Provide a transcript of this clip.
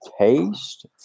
taste